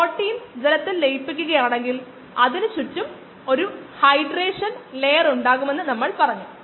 ഉൽപ്പന്ന രൂപീകരണത്തിനായി നമുക്ക് ല്യൂഡെക്കിംഗ് പൈററ്റ് മോഡൽ ഉണ്ട് rpαrxβx വിളവ് ഗുണകങ്ങൾ പരിപാലനം എന്നിവ പോലുള്ള ചില ആശയങ്ങളെക്കുറിച്ച് നമ്മൾ സംസാരിച്ചു